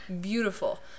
beautiful